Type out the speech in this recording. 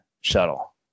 shuttle